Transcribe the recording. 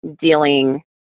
dealing